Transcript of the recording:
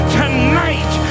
tonight